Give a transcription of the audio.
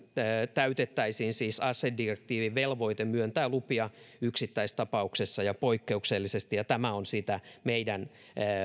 täytettäisiin siis asedirektiivin velvoite myöntää lupia yksittäistapauksessa ja poikkeuksellisesti ja tämä on sitä meidän